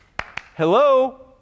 hello